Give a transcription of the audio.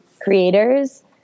creators